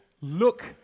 Look